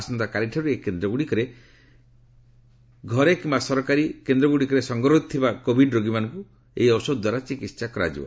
ଆସନ୍ତାକାଲିଠାର୍ଚ ଏହି କେନ୍ଦ୍ରଗ୍ରଡ଼ିକରେ ଘରେ କିମ୍ବା ସରକାରୀ କେନ୍ଦ୍ରଗୁଡ଼ିକରେ ସଙ୍ଗରୋଧରେ ଥିବା କୋଭିଡ୍ ରୋଗୀମାନଙ୍କୁ ଏହି ଔଷଧଦ୍ୱାରା ଚିକିତ୍ସା କରାଯିବ